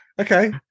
okay